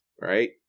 right